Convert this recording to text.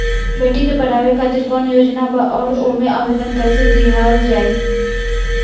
बेटी के पढ़ावें खातिर कौन योजना बा और ओ मे आवेदन कैसे दिहल जायी?